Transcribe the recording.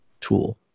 tool